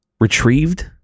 retrieved